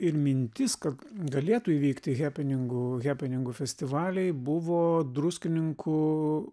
ir mintis kad galėtų įvykti hepeningų hepeningų festivaliai buvo druskininkų